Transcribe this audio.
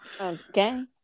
Okay